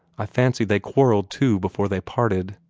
i fancy they quarrelled, too, before they parted.